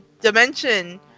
dimension